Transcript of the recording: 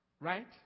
right